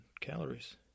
calories